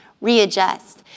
readjust